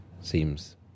seems